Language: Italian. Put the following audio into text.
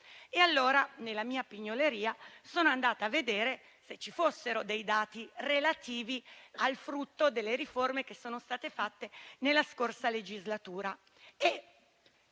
Allora, nella mia pignoleria, sono andata a vedere se ci fossero dati relativi al frutto delle riforme che erano state fatte nella scorsa legislatura